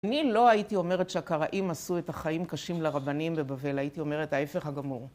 אני לא הייתי אומרת שהקראים עשו את החיים קשים לרבנים בבבל, הייתי אומרת ההפך הגמור.